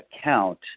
account